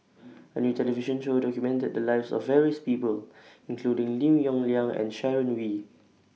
A New television Show documented The Lives of various People including Lim Yong Liang and Sharon Wee